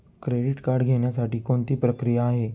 Credit card घेण्यासाठी कोणती प्रक्रिया आहे?